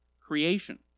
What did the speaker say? creation